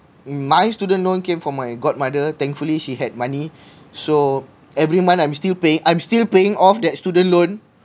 my student loan came from my godmother thankfully she had money so every month I'm still paying I'm still paying off that student loan